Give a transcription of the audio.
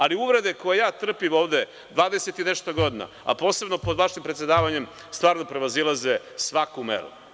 Ali, uvrede koje ja trpim ovde 20 i nešto godina, a posebno pod vašim predsedavanjem, stvarno prevazilaze svaku meru.